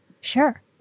Sure